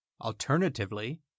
alternatively